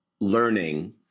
learning